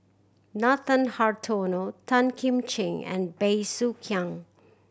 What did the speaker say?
Nathan Hartono Tan Kim Ching and Bey Soo Khiang